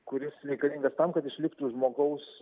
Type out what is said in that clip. kuris reikalingas tam kad išliktų žmogaus